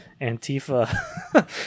Antifa